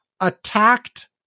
attacked